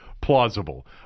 plausible